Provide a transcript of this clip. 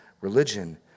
religion